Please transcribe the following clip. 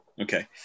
Okay